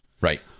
right